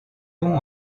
bon